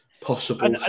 possible